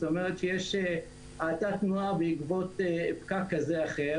זאת אומרת שיש האטת תנועה בגלל פקק כזה או אחר